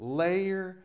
layer